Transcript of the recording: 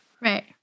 Right